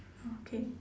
okay